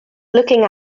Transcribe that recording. looking